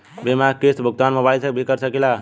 बीमा के किस्त क भुगतान मोबाइल से भी कर सकी ला?